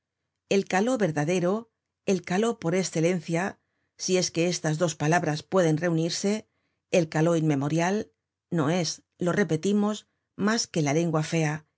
el caló verdadero el caló por escelencia si es que estas dos palabras pueden reunirse el caló inmemorial no es lo repetimos mas que la lengua fea